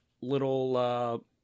little